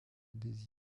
des